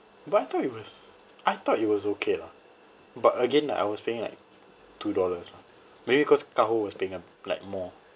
but I thought it was I thought it was okay lah but again I was paying like two dollars maybe cause kaho was paying a like more